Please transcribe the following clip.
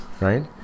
Right